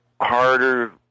harder